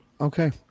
Okay